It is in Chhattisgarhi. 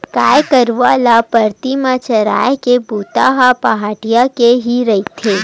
गाय गरु ल बरदी म चराए के बूता ह पहाटिया के ही रहिथे